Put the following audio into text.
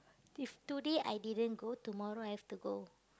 if today I didn't go tomorrow I have to go